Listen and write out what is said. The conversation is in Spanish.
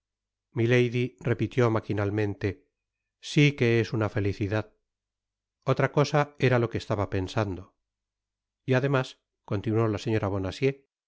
repitió maquinalmente sí que es una felicidad otra cosa era lo que estaba pensando y además continuó la señora